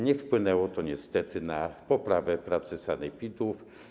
Nie wpłynęło to niestety na poprawę pracy sanepidów.